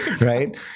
right